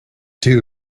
dude